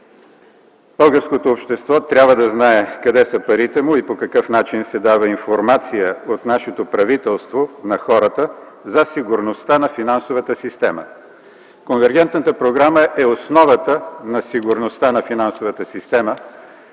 „Българското общество трябва да знае къде са парите му и по какъв начин се дава информация от нашето правителство на хората за сигурността на финансовата система. Конвергентната програма е основата на сигурността на финансовата система”.